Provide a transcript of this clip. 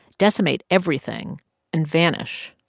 decimate everything and vanish.